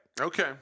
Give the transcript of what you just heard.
Okay